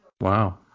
Wow